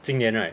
今年 right